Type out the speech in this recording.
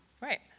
Right